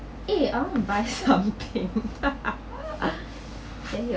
eh I want to buy something then you